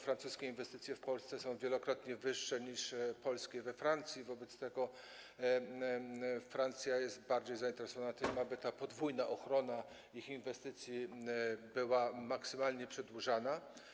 Francuskie inwestycje w Polsce są wielokrotnie większe niż polskie we Francji, wobec tego Francja jest bardziej zainteresowana tym, aby ta podwójna ochrona ich inwestycji była maksymalnie przedłużana.